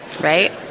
right